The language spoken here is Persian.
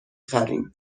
خریم